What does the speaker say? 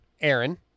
Aaron